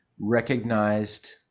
recognized